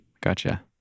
Gotcha